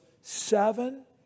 seven